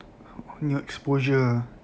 new exposure ah